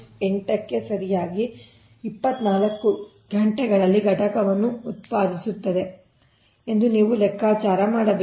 8 ಕ್ಕೆ ಸರಿಯಾಗಿ 24 ಗಂಟೆಗಳಲ್ಲಿ ಘಟಕವನ್ನು ಉತ್ಪಾದಿಸಲಾಗುತ್ತದೆ ಎಂದು ನೀವು ಲೆಕ್ಕಾಚಾರ ಮಾಡಬೇಕು